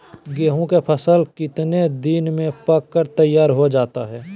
गेंहू के फसल कितने दिन में पक कर तैयार हो जाता है